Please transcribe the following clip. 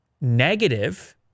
negative